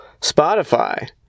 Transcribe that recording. Spotify